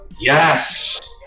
Yes